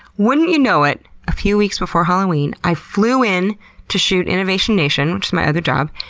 wouldn't you know it, a few weeks before halloween, i flew in to shoot innovation nation which is my other job,